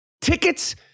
tickets